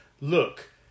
look